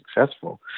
successful